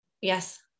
Yes